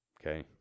Okay